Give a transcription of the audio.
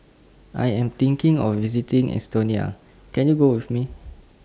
I Am thinking of visiting Estonia Can YOU Go with Me